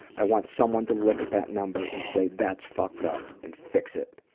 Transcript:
i want someone to look at that number and say that's fucked up. and fix it.